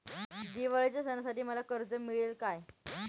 दिवाळीच्या सणासाठी मला कर्ज मिळेल काय?